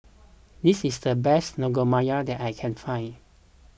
this is the best Naengmyeon that I can find